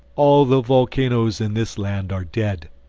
all the volcanoes in this land are dead.